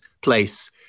place